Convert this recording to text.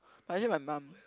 but actually my mom